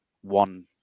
one